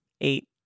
eight